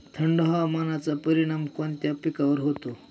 थंड हवामानाचा परिणाम कोणत्या पिकावर होतो?